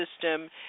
system